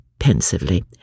pensively